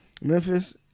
Memphis